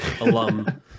alum